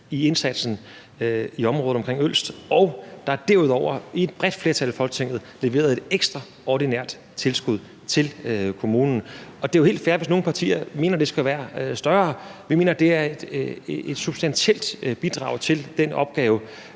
i indsatsen i området omkring Ølst, og der er derudover i et bredt flertal i Folketinget blevet leveret et ekstraordinært tilskud til kommunen, og det er jo helt fair, hvis nogle partier mener, at det skal være større. Men vi mener, at det er et substantielt bidrag til den opgave.